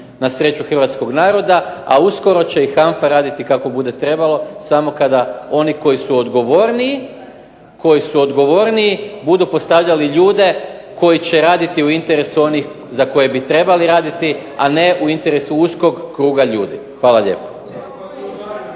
na sreću Hrvatskog naroda a uskoro će i HANFA raditi kako bude trebalo samo kada oni koji su odgovorniji budu postavljali ljude koji će raditi u interesu onih za koje trebaju raditi a ne u interesu uskog kruga ljudi. Hvala lijepo.